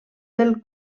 del